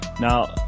Now